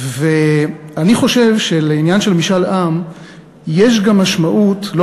ואני חושב שלעניין של משאל עם יש גם משמעות לא